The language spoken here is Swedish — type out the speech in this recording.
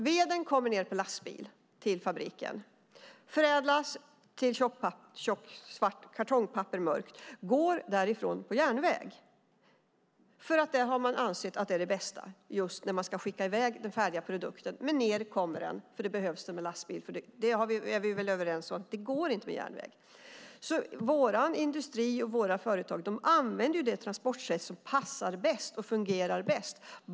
Veden kommer ned på lastbil till fabriken, förädlas till mörkt kartongpapper, går därifrån på järnväg, för det har man ansett är det bästa just när man ska skicka i väg den färdiga produkten. Men ned kommer den på lastbil, och vi är väl överens om att det inte går att frakta den på järnväg. Vår industri och våra företag använder det transportsätt som passar och fungerar bäst.